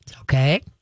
okay